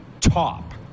top